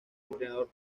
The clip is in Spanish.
entrenador